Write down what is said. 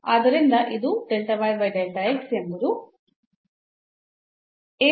ಆದ್ದರಿಂದ ಇದು ಎಂಬುದು ಗೆ ಸಮಾನ ಎಂದು ಇರುತ್ತದೆ